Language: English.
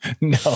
No